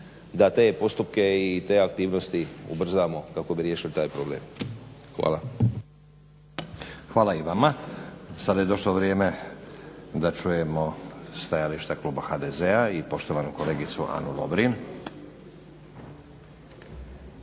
da te postupke i te aktivnosti ubrzamo kako bi riješili taj problem. Hvala. **Stazić, Nenad (SDP)** Hvala i vama. Sada je došlo vrijeme da čujemo stajališta kluba HDZ-a i poštovanu kolegicu Anu Lovrin.